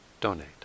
donate